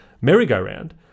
merry-go-round